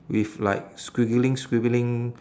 with like squiggling squiggling